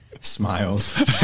smiles